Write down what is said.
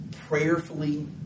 prayerfully